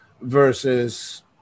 versus